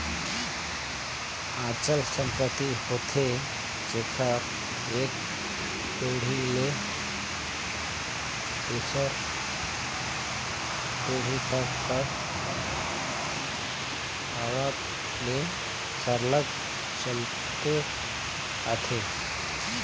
अचल संपत्ति होथे जेहर एक पीढ़ी ले दूसर पीढ़ी तक कर आवत ले सरलग चलते आथे